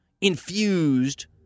infused